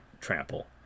trample